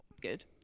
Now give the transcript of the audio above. Good